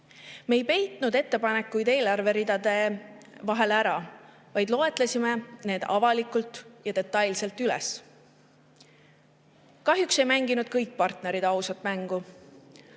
Me ei peitnud ettepanekuid eelarveridade vahele ära, vaid loetlesime need avalikult ja detailselt. Kahjuks ei mänginud kõik partnerid ausat mängu.